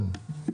כן.